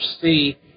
see